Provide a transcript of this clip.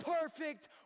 perfect